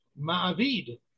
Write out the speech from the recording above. MA'AVID